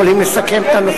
אני מוכן לדחות את ההצבעה.